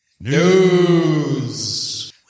News